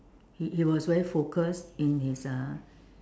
he he was very focused in his uh